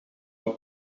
een